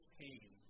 pain